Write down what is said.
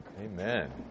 amen